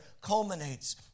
culminates